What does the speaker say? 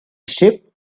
sheep